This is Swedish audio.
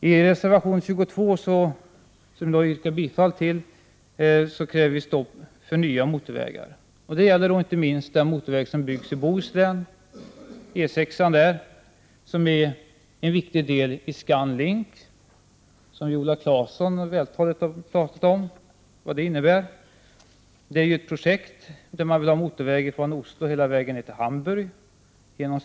I reservation 22, som jag yrkar bifall till, kräver vi stopp för nya motorvägar. Det gäller inte minst den motorväg som byggs i Bohuslän som utbyggnad av E 6 och som är en viktig del av ScanLink. Viola Claesson har vältaligt beskrivit vad det projektet innebär. Man vill ha motorväg från Oslo hela vägen ner till Hamburg.